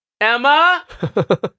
Emma